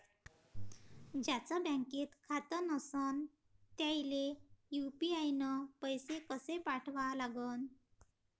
ज्याचं बँकेत खातं नसणं त्याईले यू.पी.आय न पैसे कसे पाठवा लागन?